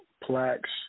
plaques